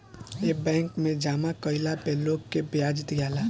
ए bank मे जामा कइला पे लोग के ब्याज दियाला